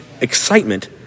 excitement